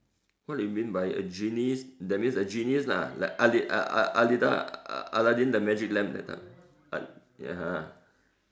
what you mean by a genie that means a genius lah like a~ a~ Aladdin Aladdin the magic lamp that type ah ya (uh huh)